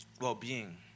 well-being